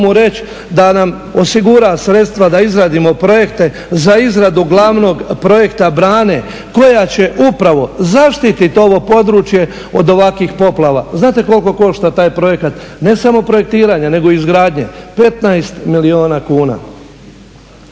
da nam osigura sredstva, da izradimo projekte za izradu glavnog projekta brane koja će upravo zaštititi ovo područje od ovakvih poplava. Znate koliko košta taj projekat ne samo projektiranje nego i izgradnje? 15 milijuna kuna.